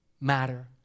matter